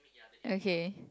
okay